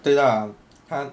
对 lah 他